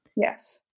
Yes